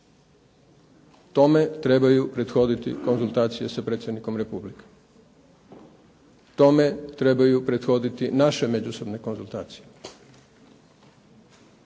Tome trebaju prethoditi konzultacije s predsjednikom Republike, tome trebaju prethoditi naše međusobne konzultacije.